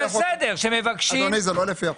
בסדר, שמבקשים --- אדוני, זה לא לפי החוק,